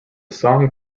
song